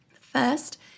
First